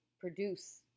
produce